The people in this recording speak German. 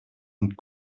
und